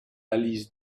alice